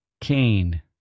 Cain